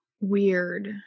Weird